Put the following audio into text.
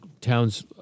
towns